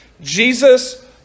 Jesus